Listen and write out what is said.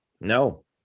no